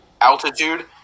altitude